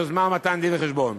יוזמה ומתן דין-וחשבון.